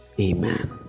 Amen